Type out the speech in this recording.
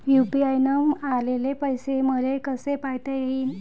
UPI न आलेले पैसे मले कसे पायता येईन?